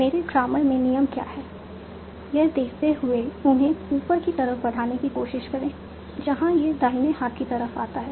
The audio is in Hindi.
मेरे ग्रामर में नियम क्या है यह देखते हुए उन्हें ऊपर की तरफ बढ़ाने की कोशिश करें जहां यह दाहिने हाथ की तरफ आता है